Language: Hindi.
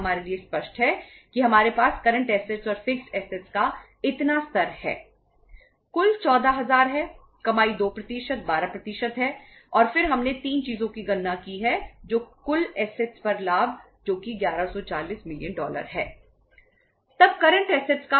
हम करंट असेट्स है